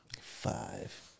Five